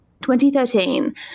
2013